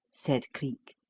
said cleek.